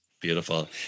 beautiful